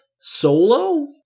Solo